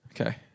Okay